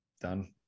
done